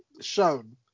shown